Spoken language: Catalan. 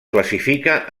classifica